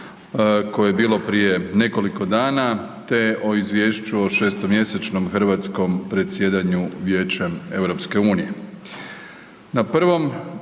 koje je bilo prije nekoliko dana te o izvješću o šestomjesečnom hrvatskom predsjedanju Vijećem EU.